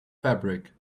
fabric